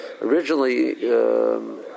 originally